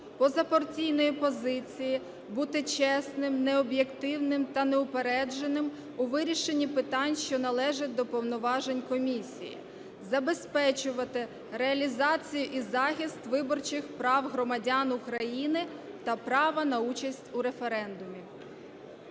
позапартійної позиції, бути чесним, об'єктивним та неупередженим у вирішенні питань, що належать до повноважень Комісії, забезпечувати реалізацію і захист виборчих прав громадян України та права на участь у референдумі.